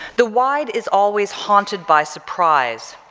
the wide is always haunted by surprise,